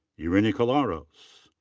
yeah erini collaros.